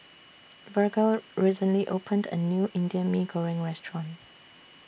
Virgle recently opened A New Indian Mee Goreng Restaurant